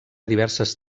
diverses